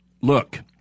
look